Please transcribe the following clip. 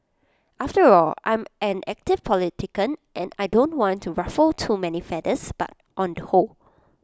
after all I'm an active politician and I don't want to ruffle too many feathers but on the whole